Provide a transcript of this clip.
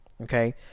Okay